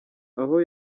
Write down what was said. aho